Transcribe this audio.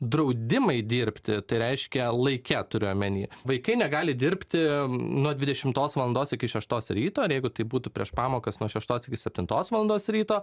draudimai dirbti tai reiškia laike turiu omeny vaikai negali dirbti nuo dvidešimtos valandos iki šeštos ryto ir jeigu tai būtų prieš pamokas nuo šeštos iki septintos valandos ryto